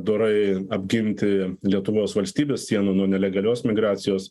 dorai apginti lietuvos valstybės sienų nuo nelegalios migracijos